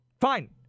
fine